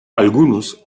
algunos